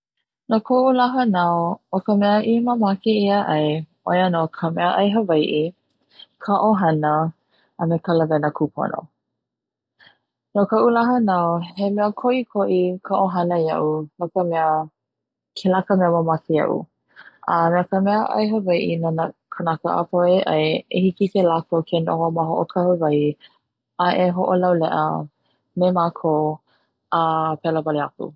No koʻu lā hanau, o ka mea i mamake ia ai ʻoia no ka meaʻai hawaiʻi, ka ʻohana a me ka lawena kupono, no koʻu la hanau he mea koʻikoʻi ka ʻohana iaʻu no ka mea kela ka mamake iaʻu a no ka meaʻai hawaiʻi nona kanaka apau ai e hiki ke lakou ke noho ma hoʻokahi wahi a e hoʻolauleʻa me makou a pela wale aku.